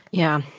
yeah.